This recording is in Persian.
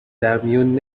درمیون